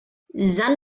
san